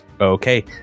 Okay